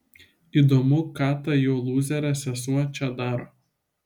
įdomu ką ta jo lūzerė sesuo čia daro